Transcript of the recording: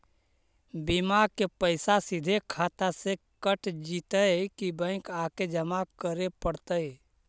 बिमा के पैसा सिधे खाता से कट जितै कि बैंक आके जमा करे पड़तै?